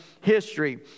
history